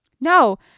No